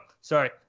sorry